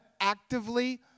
actively